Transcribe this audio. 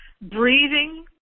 breathing